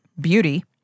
beauty